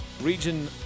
Region